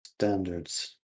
standards